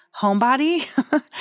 homebody